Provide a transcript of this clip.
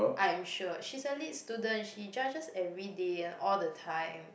I am sure she's a Lit student she judges every day and all the time